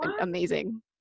amazing